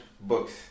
books